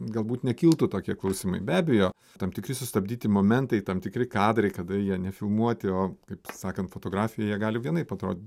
galbūt nekiltų tokie klausimai be abejo tam tikri sustabdyti momentai tam tikri kadrai kada jie nefilmuoti o kaip sakant jie gali vienaip atrodyt